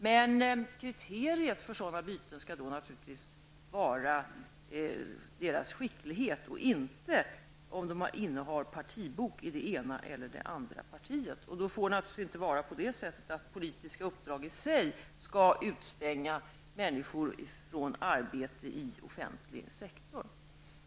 Men kriteriet för sådana byten skall naturligtvis vara deras skicklighet, inte om de innehar partibok i det ena eller det andra partiet. Det får naturligtvis inte heller vara på det sättet att politiska uppdrag i sig skall utestänga människor från arbetet inom offentlig sektor.